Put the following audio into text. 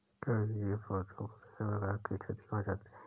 कवकीय जीव पौधों को विभिन्न प्रकार की क्षति पहुँचाते हैं